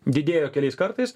didėjo keliais kartais